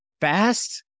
Fast